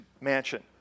mansion